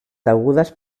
degudes